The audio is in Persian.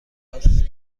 است